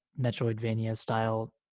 Metroidvania-style